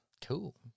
cool